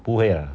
不会啊